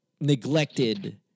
neglected